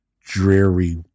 dreary